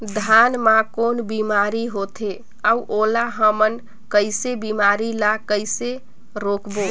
धान मा कौन बीमारी होथे अउ ओला हमन कइसे बीमारी ला कइसे रोकबो?